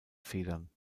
federn